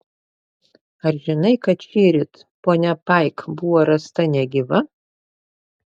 ar žinai kad šįryt ponia paik buvo rasta negyva